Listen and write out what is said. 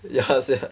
ya sia